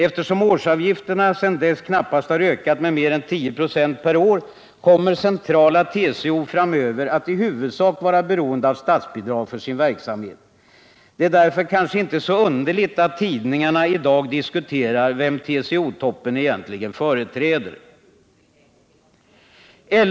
Eftersom årsavgifterna sedan dess knappast har ökat med mer än högst 10 96 per år, kommer centrala TCO framöver att i huvudsak vara beroende av statsbidrag för sin verksamhet. Det är därför kanske icke så underligt att tidningarna i dag diskuterar vem TCO-toppen egentligen företräder.